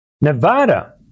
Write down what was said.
Nevada